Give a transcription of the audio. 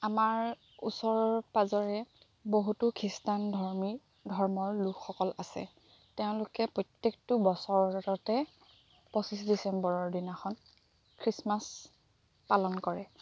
আমাৰ ওচৰ পাজৰে বহুতো খীষ্টানধৰ্মী ধৰ্মৰ লোকসকল আছে তেওঁলোকে প্ৰত্যেকটো বছৰতে পঁচিছ ডিচেম্বৰৰ দিনাখন খ্ৰীচমাছ পালন কৰে